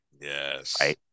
Yes